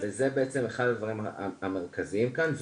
זה בעצם אחד הדברים המרכזיים כאן,